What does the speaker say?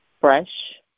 fresh